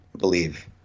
believe